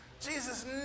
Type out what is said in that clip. Jesus